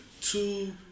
two